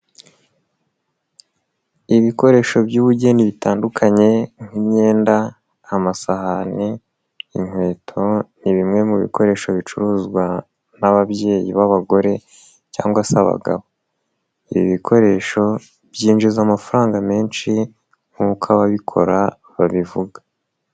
Ibikoresho by'ubugeni bitandukanye nk'imyenda, amasahani n'inkweto ni bimwe mu bikoresho bicuruzwa n'ababyeyi b'abagore cyangwa se abagabo. Ibikoresho byinjiza amafaranga menshi nk'uko ababikora babivuga.